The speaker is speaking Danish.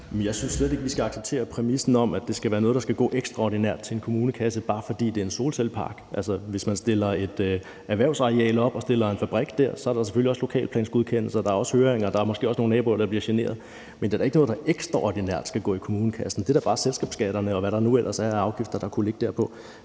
Jeg synes slet ikke, vi skal acceptere præmissen om, at det skal være noget, der skal gå ekstraordinært til en kommunekasse, bare fordi det er en solcellepark. Altså, hvis man stiller et erhvervsareal til rådighed og lægger en fabrik der, er der selvfølgelig også en lokalplansgodkendelse, og der er også høringer, og der er måske også nogle naboer, der bliver generet. Men det er da ikke noget, der ekstraordinært skal gå til kommunekassen; det er da bare selskabsskatterne, og hvad der nu ellers er af afgifter, der kunne ligge på